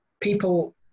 people